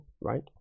right